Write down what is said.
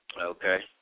Okay